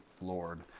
Lord